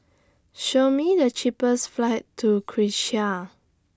Show Me The cheapest flights to Czechia